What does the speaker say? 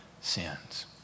sins